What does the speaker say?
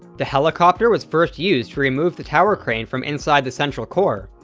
the helicopter was first used to remove the tower crane from inside the central core,